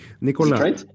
Nicola